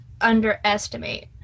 underestimate